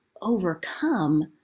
overcome